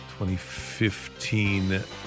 2015